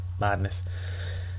madness